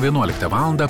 vienuoliktą valandą